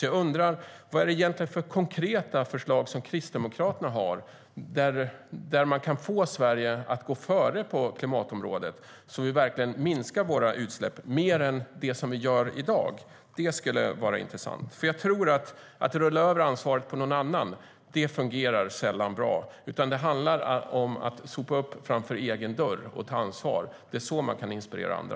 Jag undrar alltså vad det egentligen är för konkreta förslag Kristdemokraterna har för att få Sverige att gå före på klimatområdet så att vi verkligen minskar våra utsläpp mer än vi gör i dag. Det vore intressant att höra. Att rulla över ansvaret på någon annan tror jag nämligen sällan fungerar bra, utan det handlar om att sopa rent framför egen dörr och ta ansvar. Det är så man kan inspirera andra.